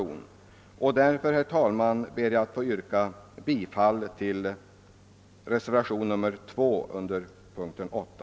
Jag ber därför, herr talman, att också få yrka bifall till reservationen 2 vid punkten 8.